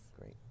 Great